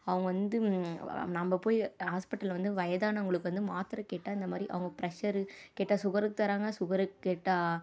அவங்க வந்து நம்ம போய் ஹாஸ்பிட்டலில் வந்து வயதானவங்களுக்கு வந்து மாத்திரை கேட்டால் இந்தமாதிரி அவங்க பிரஷ்ஷரு கேட்டால் சுகருக்கு தராங்க சுகருக்கு கேட்டால்